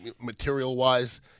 material-wise